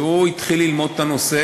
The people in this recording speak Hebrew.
והוא התחיל ללמוד את הנושא.